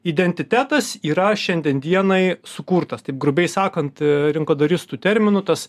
identitetas yra šiandien dienai sukurtas taip grubiai sakant rinkodaristų terminu tas